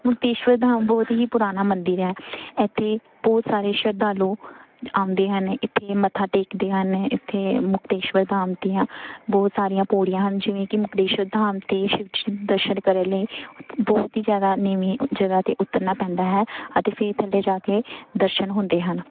ਮੁਕਤੇਸ਼ਵਰ ਧਾਮ ਬਹੁਤ ਹੀ ਪੁਰਾਣਾ ਮੰਦਰ ਹੈ ਇੱਥੇ ਬਹੁਤ ਸਾਰੇ ਸ਼ਰਧਾਲੂ ਆਉਂਦੇ ਹਨ ਇੱਥੇ ਮੱਥਾ ਟੇਕਦੇ ਹਨ ਇੱਥੇ ਮੁਕਤੇਸ਼ਵਰ ਧਾਮ ਦੀਆਂ ਬਹੁਤ ਸਾਰੀਆਂ ਪੌੜੀਆਂ ਹਨ ਜਿਵੇਂ ਕਿ ਮੁਕਤੇਸ਼ਵਰ ਧਾਮ ਦੇ ਵਿੱਚ ਦਰਸ਼ਨ ਕਰਨ ਲਈ ਬਹੁਤ ਹੀ ਜ਼ਿਆਦਾ ਨੀਵੀਂ ਜਗ੍ਹਾ 'ਤੇ ਉਤਰਨਾ ਪੈਂਦਾ ਹੈ ਅਤੇ ਫਿਰ ਥੱਲੇ ਜਾ ਕੇ ਦਰਸ਼ਨ ਹੁੰਦੇ ਹਨ